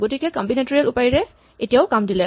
গতিকে কম্বিনাটৰিয়েল উপায়ে এতিয়াও কাম দিলে